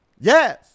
Yes